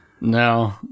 No